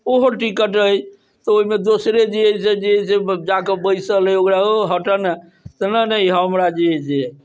ओहो टिकट अछि तऽ ओहिमे दोसरे जे है से जे है से जाके बैसल अछि ओ हटऽ नहि तऽ नहि नहि हमरा जे है से है